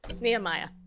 Nehemiah